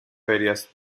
ferias